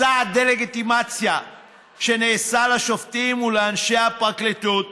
מסע הדה-לגיטימציה שנעשה לשופטים ולאנשי הפרקליטות